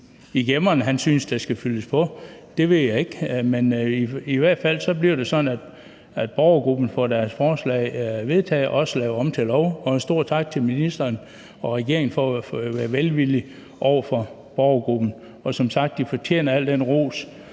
i gemmerne, han synes der skal fyldes på, ved jeg ikke, men i hvert fald bliver det sådan, at borgergruppen får deres forslag vedtaget og gjort til lov. Jeg vil også gerne rette en stor tak til ministeren og regeringen for at være velvillige over for borgergruppen. Som sagt fortjener de al den ros,